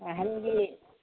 ꯑꯍꯟꯒꯤ